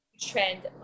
Trend